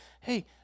hey